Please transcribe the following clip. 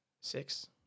Six